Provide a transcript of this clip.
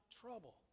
trouble